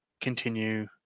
continue